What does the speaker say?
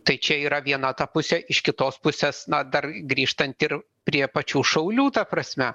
tai čia yra viena ta pusė iš kitos pusės na dar grįžtant ir prie pačių šaulių ta prasme